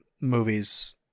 movies